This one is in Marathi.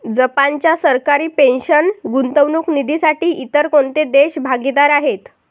जपानच्या सरकारी पेन्शन गुंतवणूक निधीसाठी इतर कोणते देश भागीदार आहेत?